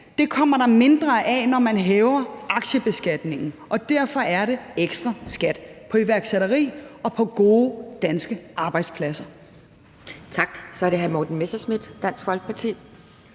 det kommer der mindre af, når man hæver aktiebeskatningen, og derfor er det ekstra skat på iværksætteri og på gode danske arbejdspladser.